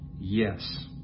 yes